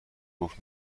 گفت